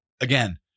again